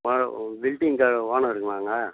building ஓனருங்களாங்க